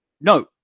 no